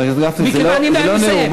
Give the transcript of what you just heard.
חבר הכנסת גפני, זה לא נאום.